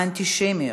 האנטישמיות,